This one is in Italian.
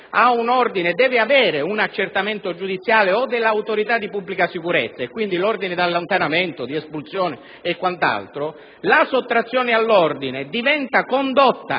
irregolarità deve avere un accertamento giudiziale o dell'autorità di pubblica sicurezza, e quindi l'ordine di allontanamento, di espulsione e quant'altro, la sottrazione all'ordine diventa condotta,